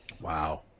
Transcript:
wow